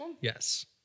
Yes